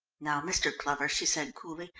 now, mr. glover, she said coolly,